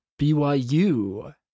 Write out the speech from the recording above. BYU